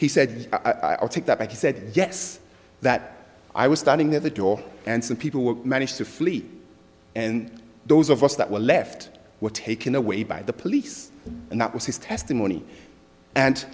he said i'll take that back he said yes that i was standing near the door and some people were managed to flee and those of us that were left were taken away by the police and that was his testimony and